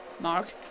Mark